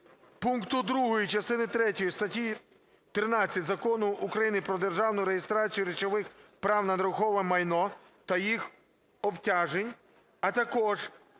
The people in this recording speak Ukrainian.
пункту 2 частини третьої статті 13 Закону України "Про державну реєстрацію речових прав на нерухоме майно та їх обтяжень", а також